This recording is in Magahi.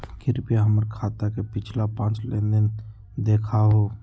कृपया हमर खाता के पिछला पांच लेनदेन देखाहो